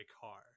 car